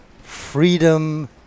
freedom